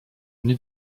mnie